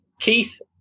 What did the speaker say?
Keith